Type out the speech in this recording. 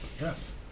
Yes